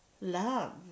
love